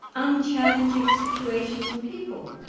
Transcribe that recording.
unchallenging situations and people.